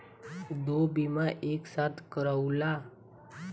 दो बीमा एक साथ करवाईल जा सकेला?